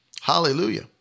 Hallelujah